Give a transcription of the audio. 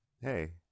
Hey